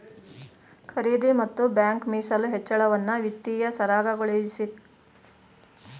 ಖರೀದಿ ಮತ್ತು ಬ್ಯಾಂಕ್ ಮೀಸಲು ಹೆಚ್ಚಳವನ್ನ ವಿತ್ತೀಯ ಸರಾಗಗೊಳಿಸುವಿಕೆ ಎಂದು ಕರೆಯಲಾಗುತ್ತೆ